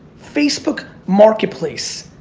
facebook marketplace,